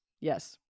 Yes